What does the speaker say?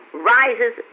Rises